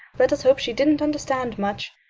let us hope she didn't understand much.